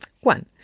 One